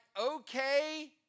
okay